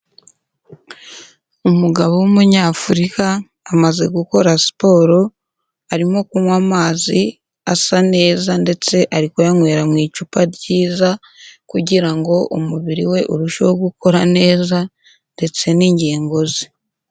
Umugabo w'umunyafurika amaze gukora siporo arimo kunywa amazi asa neza ndetse ari kuyanywera mu icupa ryiza, kugira ngo umubiri we urusheho gukora neza ndetse n'ingingo ze.